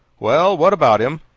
well, what about him?